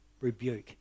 rebuke